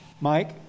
Mike